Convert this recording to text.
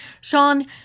Sean